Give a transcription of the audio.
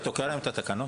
אתה תוקע לנו את התקנות?